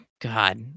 god